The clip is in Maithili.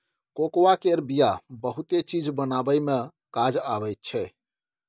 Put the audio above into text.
कोकोआ केर बिया बहुते चीज बनाबइ मे काज आबइ छै